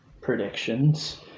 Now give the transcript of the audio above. Predictions